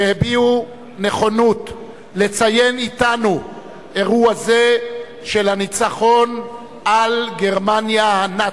שהביעו נכונות לציין אתנו אירוע זה של הניצחון על גרמניה הנאצית.